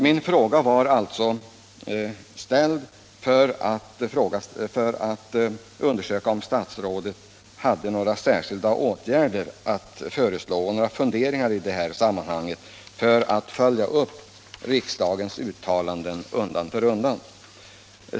Min fråga var alltså ställd för att undersöka om statsrådet hade några funderingar i sammanhanget och några särskilda åtgärder att föreslå för att följa upp riksdagens upprepade uttalanden.